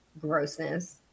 grossness